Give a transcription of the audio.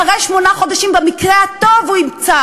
אחרי שמונה חודשים במקרה הטוב הוא ימצא